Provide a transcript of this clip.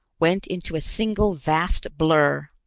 went into a single vast blur.